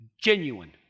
genuine